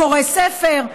קורא ספר.